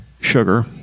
Sugar